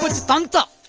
but stop.